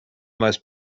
most